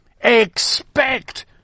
Expect